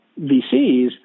VCs